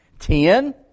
Ten